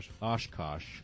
Oshkosh